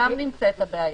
שם נמצאת הבעיה.